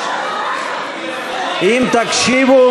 אם תקשיבו.